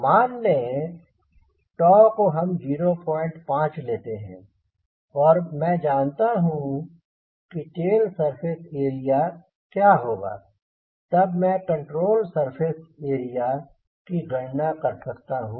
मान लें हम को 05 लेते हैं और मैं जानता हूँ कि टेल सरफेस एरिया क्या होगा तब मैं कंट्रोल सरफेस एरिया की गणना कर सकता हूँ